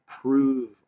prove